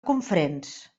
cofrents